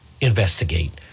investigate